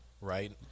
right